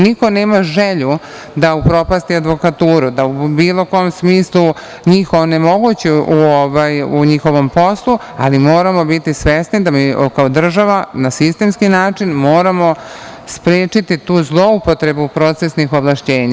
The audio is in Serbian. Niko nema želju da upropasti advokaturu, da u bilo kom smislu njih onemogući u njihovom poslu, ali moramo biti svesni da mi kao država, na jedan sistemski način moramo sprečiti tu zloupotrebu procesnih ovlašćenja.